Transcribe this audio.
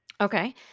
Okay